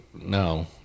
no